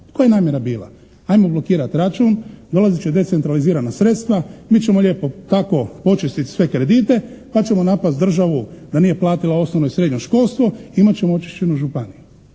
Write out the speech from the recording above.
Koja je namjera bila? Ajmo blokirati račun. Dolazit će decentralizirana sredstva. Mi ćemo lijepo tako počistiti sve kredite pa ćemo napasti državu da nije platila osnovno i srednje školstvo i imat ćemo očišćenu županiju.